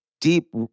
deep